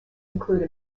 include